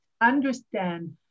understand